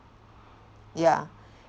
ya